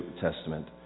Testament